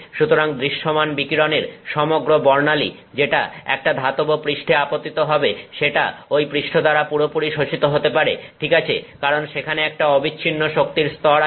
সুতরাং দৃশ্যমান বিকিরণের সমগ্র বর্ণালী যেটা একটা ধাতব পৃষ্ঠে আপতিত হবে সেটা ঐ পৃষ্ঠ দ্বারা পুরোপুরি শোষিত হতে পারে ঠিক আছে কারণ সেখানে একটা অবিচ্ছিন্ন শক্তির স্তর আছে